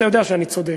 אתה יודע שאני צודק,